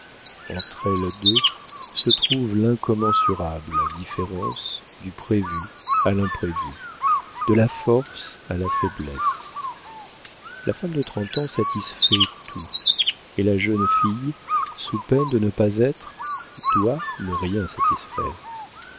elles deux se trouve l'incommensurable différence du prévu à l'imprévu de la force à la faiblesse la femme de trente ans satisfait tout et la jeune fille sous peine de ne pas être doit ne rien satisfaire